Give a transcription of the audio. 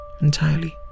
entirely